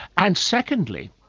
and secondly,